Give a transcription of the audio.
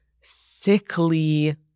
sickly